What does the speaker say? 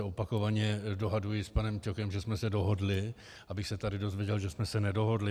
Opakovaně se dohaduji s panem Ťokem, že jsme se dohodli, abych se tady dozvěděl, že jsme se nedohodli.